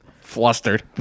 Flustered